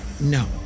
No